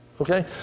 Okay